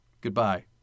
Goodbye